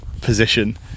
position